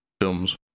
films